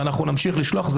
ואנחנו נמשיך לשלוח,